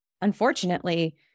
unfortunately